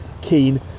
keen